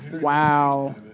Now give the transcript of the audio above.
Wow